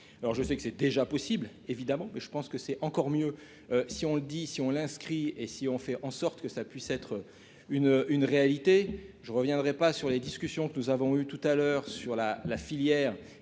alors je sais que c'est déjà possible, évidemment que je pense que c'est encore mieux si on le dit, si on l'inscrit et si on fait en sorte que ça puisse être une une réalité, je ne reviendrai pas sur les discussions que nous avons eu tout à l'heure sur la la filière